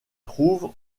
trouve